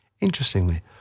Interestingly